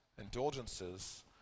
indulgences